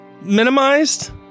minimized